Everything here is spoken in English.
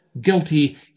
guilty